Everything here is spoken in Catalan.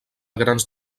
grans